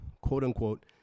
quote-unquote